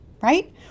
right